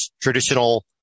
traditional